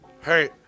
Hey